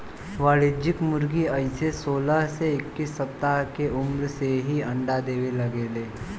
वाणिज्यिक मुर्गी अइसे सोलह से इक्कीस सप्ताह के उम्र से ही अंडा देवे लागे ले